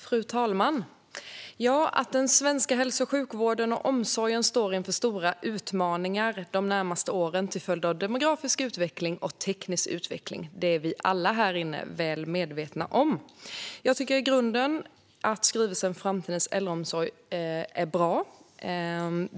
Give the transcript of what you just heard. Fru talman! Att den svenska hälso och sjukvården och omsorgen står inför stora utmaningar de närmaste åren till följd av den demografiska och tekniska utvecklingen är vi alla här inne väl medvetna om. Jag tycker i grunden att skrivelsen Framtidens äldreomsorg - en na tionell kvalitetsplan , som betänkandet behandlar, är bra.